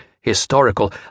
historical